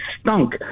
stunk